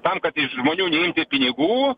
tam kad iš žmonių neimti pinigų